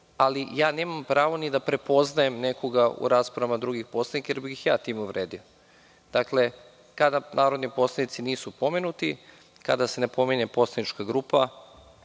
ali nemam pravo ni da prepoznajem nekoga u raspravama drugih poslanika jer bih ja time uvredio. Dakle, kada narodni poslanici nisu pomenuti, kada se ne pominje poslanička grupa,